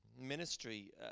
Ministry